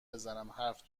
بزنم، حرف